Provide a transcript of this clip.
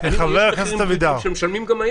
יש מחירים שמשלמים גם היום.